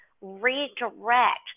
redirect